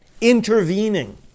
Intervening